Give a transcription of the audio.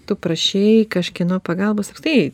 tu prašei kažkieno pagalbos apskritai